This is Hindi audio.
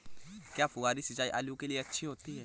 क्या फुहारी सिंचाई आलू के लिए अच्छी होती है?